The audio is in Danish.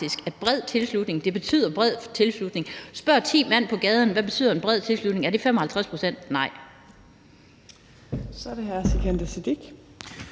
at bred tilslutning betyder bred tilslutning. Spørg ti mand på gaden, hvad en bred tilslutning betyder: Er det 55 pct.? Nej.